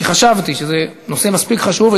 כי חשבתי שזה נושא מספיק חשוב.